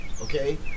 okay